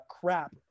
crap